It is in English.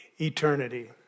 eternity